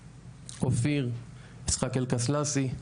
אופיר, יצחק אלקסלסי.